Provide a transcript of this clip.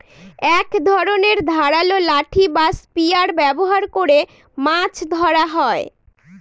এক ধরনের ধারালো লাঠি বা স্পিয়ার ব্যবহার করে মাছ ধরা হয়